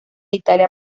italia